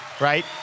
right